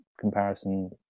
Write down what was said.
comparison